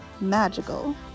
magical